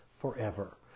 forever